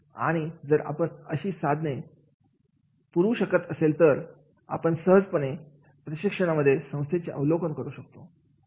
आणि जर आपण अशी साधने पुरुष शकत असेल तर आपण सहजपणे प्रशिक्षणामध्ये संस्थेचे अवलोकन करू शकेल